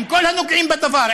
עם כל הנוגעים בדבר,